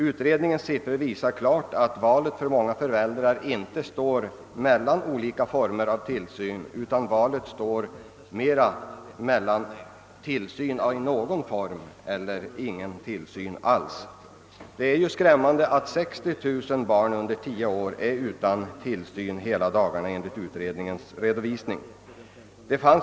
Utredningens siffror anger klart att valet för många föräldrar inte står mellan olika former av tillsyn utan mellan tillsyn i någon form eller ingen tillsyn alls. Det är skrämmande att 60 000 barn under tio år är utan tillsyn hela dagarna, enligt vad utredningen redovisar.